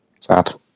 sad